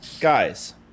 guys